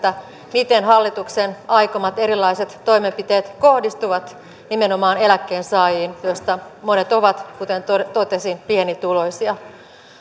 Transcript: miten hallituksen aikomat erilaiset toimenpiteet kohdistuvat nimenomaan eläkkeensaajiin joista monet ovat kuten totesin pienituloisia